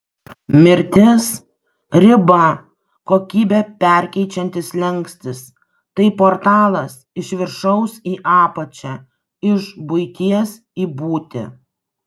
mirtis riba kokybę perkeičiantis slenkstis tai portalas iš viršaus į apačią iš buities į būtį